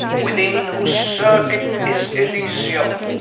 within whose circuit is elizium,